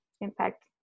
impact